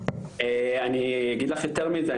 אני אגיד לך יותר מזה,